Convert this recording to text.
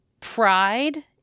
pride